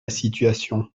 situation